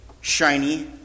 shiny